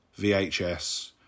VHS